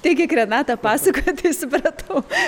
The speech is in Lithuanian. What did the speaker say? tai kiek renata pasakojo tai supratau